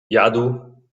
jadł